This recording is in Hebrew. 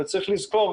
צריך לזכור,